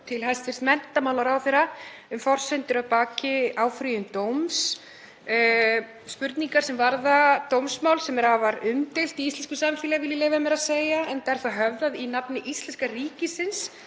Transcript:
til hæstv. menntamálaráðherra um forsendur að baki áfrýjun dóms, spurningar sem varða dómsmál sem er afar umdeilt í íslensku samfélagi, vil ég leyfa mér að segja, enda er það höfðað í nafni íslenska ríkisins